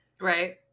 Right